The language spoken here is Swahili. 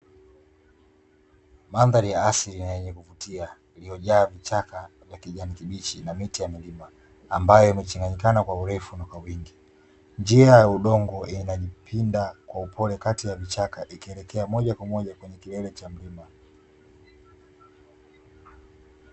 Mandhari ya asili na yenye kuvutia iliyojaa vichaka vya kijani kibichi na miti ya milima ambayo imechanganyikana kwa urefu na wingi, njia ya udongo inajipinda kwa upole kati ya vichaka ikielekea kwenye kilele cha milima.